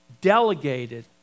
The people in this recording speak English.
delegated